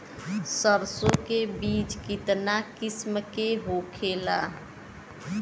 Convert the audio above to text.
सरसो के बिज कितना किस्म के होखे ला?